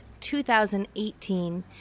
2018